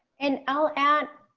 and i'll add